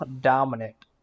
dominant